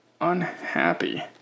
unhappy